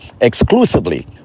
Exclusively